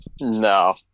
no